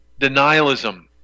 denialism